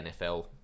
NFL